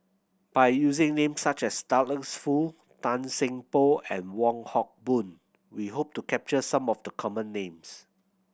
by using names such as Douglas Foo Tan Seng Poh and Wong Hock Boon we hope to capture some of the common names